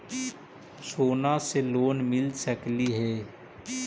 सोना से लोन मिल सकली हे?